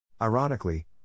Ironically